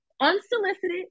Unsolicited